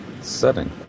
setting